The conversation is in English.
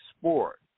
sport